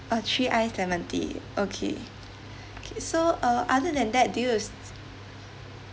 uh three ice lemon tea okay okay so uh other than that do you